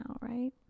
right